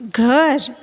घर